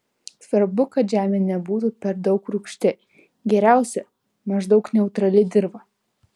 svarbu kad žemė nebūtų per daug rūgšti geriausia maždaug neutrali dirva